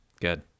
Good